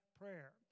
prayer